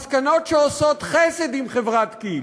מסקנות שעושות חסד עם חברת כי"ל,